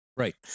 Right